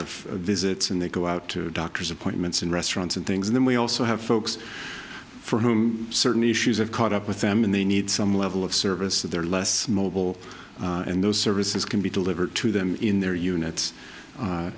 of visits and they go out to doctor's appointments in restaurants and things and then we also have folks for whom certain issues have caught up with them and they need some level of service that they're less mobile and those services can be delivered to them in their units